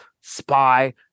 Spy